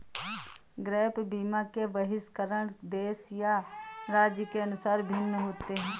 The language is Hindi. गैप बीमा के बहिष्करण देश या राज्य के अनुसार भिन्न होते हैं